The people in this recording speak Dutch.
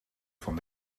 van